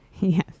Yes